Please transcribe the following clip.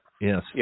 Yes